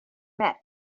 met